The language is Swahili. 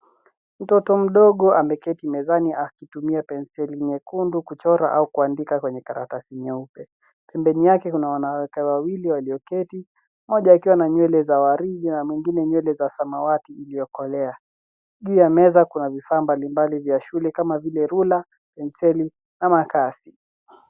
Mtoto mdogo ameketi mezani akitumia penseli nyekundu kuchora au kuandika kwenye karatasi nyeupe. Pembeni yake kuna wanawake wawili walioketi. Mmoja akiwa na nywele za warija na mwingine nywele za samawati iliyokolea. Juu ya meza kuna vifaa mbalimbali vya shule kama vile rula, penseli na makasi.